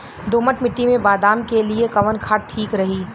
दोमट मिट्टी मे बादाम के लिए कवन खाद ठीक रही?